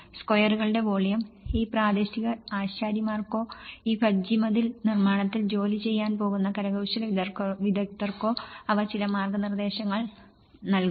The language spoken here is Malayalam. സ്ക്വയറുകളുടെ വോളിയം ഈ പ്രാദേശിക ആശാരിമാർക്കോ ഈ ദജ്ജി മതിൽ നിർമ്മാണത്തിൽ ജോലി ചെയ്യാൻ പോകുന്ന കരകൌശല വിദഗ്ധർക്കോ അവ ചില മാർഗ്ഗനിർദ്ദേശങ്ങൾ നൽകുന്നു